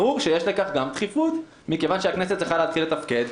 ברור שיש לכך גם דחיפות מכיוון שהכנסת צריכה להתחיל לתפקד,